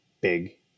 big